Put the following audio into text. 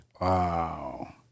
Wow